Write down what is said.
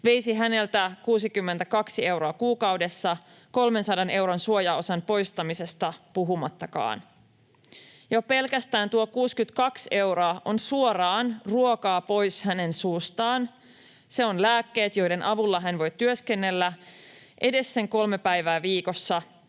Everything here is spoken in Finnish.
veisi häneltä 62 euroa kuukaudessa, 300 euron suojaosan poistamisesta puhumattakaan. Jo pelkästään tuo 62 euroa on suoraan ruokaa pois hänen suustaan. Se on lääkkeet, joiden avulla hän voi työskennellä edes sen kolme päivää viikossa.